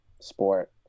sport